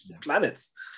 planets